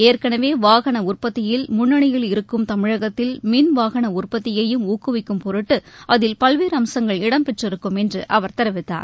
ஏற்கனவே வாகன உற்பத்தியில் முன்னணியில் இருக்கும் தமிழகத்தில் மின் வாகன உற்பத்தியையும் ஊக்குவிக்கும் பொருட்டு அதில் பல்வேறு அம்சங்கள் இடம்பெற்றிருக்கும் என்று அவர் தெரிவித்தார்